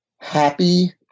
happy